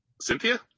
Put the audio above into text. cynthia